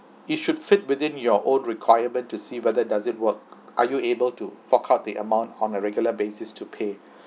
it should fit within your own requirement to see whether does it work are you able to fork out the amount on a regular basis to pay